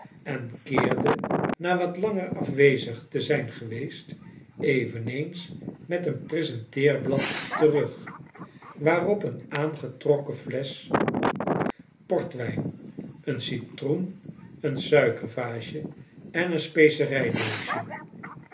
en keerde na wat langer afwezig te zijn gebleven eveneens met een presenteerblad terug waarop een aangetrokken flesch portwijn een citroen een suikervaasje en een